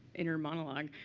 inner monologue.